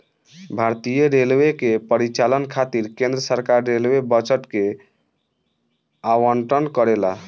भारतीय रेलवे के परिचालन खातिर केंद्र सरकार रेलवे बजट के आवंटन करेला